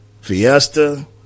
Fiesta